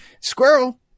squirrel